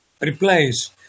replace